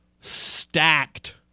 stacked